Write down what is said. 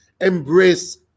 embrace